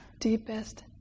deepest